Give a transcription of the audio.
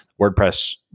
WordPress